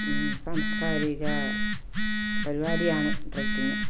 സാംസ്കാരിക പരിപാടിയാണ് ട്രക്കിങ്